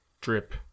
drip